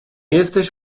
jesteś